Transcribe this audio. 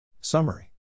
Summary